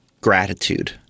gratitude